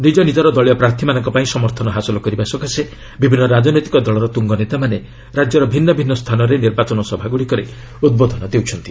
ନିଜ ନିଜର ଦଳୀୟ ପ୍ରାର୍ଥୀମାନଙ୍କ ପାଇଁ ସମର୍ଥନ ହାସଲ କରିବା ସକାଶେ ବିଭିନ୍ନ ରାଜନୈତିକ ଦଳର ତୁଙ୍ଗ ନେତାମାନେ ରାଜ୍ୟର ଭିନ୍ନ ଭିନ୍ନ ସ୍ଥାନରେ ନିର୍ବାଚନ ସଭାଗୁଡ଼ିକରେ ଉଦ୍ବୋଧନ ଦେଉଛନ୍ତି